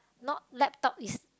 not laptop is